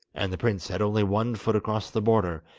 and the prince had only one foot across the border,